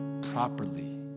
properly